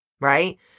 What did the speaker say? Right